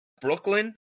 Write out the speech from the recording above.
Brooklyn